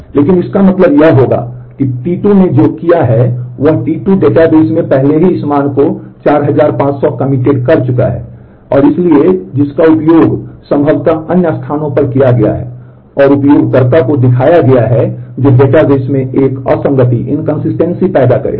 लेकिन इसका मतलब यह होगा कि T2 ने जो किया है वह टी 2 डेटाबेस में पहले ही इस मान को 4500 कमिटेड कर चुका है और इसलिए जिसका उपयोग संभवतः अन्य स्थानों पर किया गया है और उपयोगकर्ता को दिखाया गया है जो डेटाबेस में एक असंगति पैदा करेगा